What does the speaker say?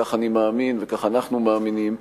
כך אני מאמין וכך אנחנו מאמינים,